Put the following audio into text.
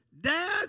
Dad